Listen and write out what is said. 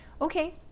Okay